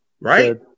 right